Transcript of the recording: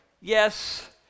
yes